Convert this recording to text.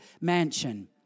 mansion